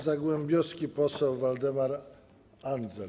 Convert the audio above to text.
Zagłębiowski poseł Waldemar Andzel.